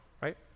right